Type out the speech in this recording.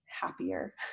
happier